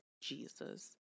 jesus